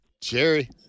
Jerry